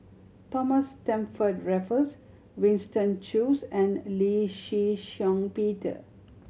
Thomas Stamford Raffles Winston Choos and Lee Shih Shiong Peter